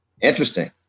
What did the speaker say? Interesting